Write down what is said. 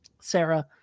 Sarah